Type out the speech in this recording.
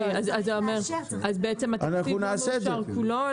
התקציב לא מאושר כולו,